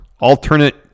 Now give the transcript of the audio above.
alternate